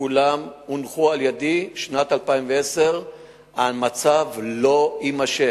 כולם הונחו על-ידי, בשנת 2010 המצב לא יימשך.